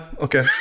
okay